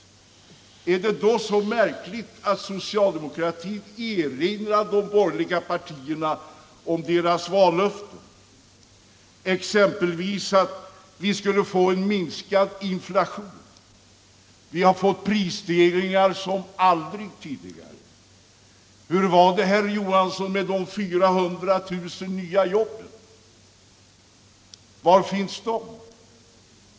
Är det då så märkligt att socialdemokratin erinrar de borgerliga partierna om deras vallöften, exempelvis om att vi skulle få en minskad inflation? Vi har fått prisstegringar som aldrig tidigare. Hur var det, herr Johansson, med de 400 000 nya jobben? Var finns de?